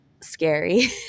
scary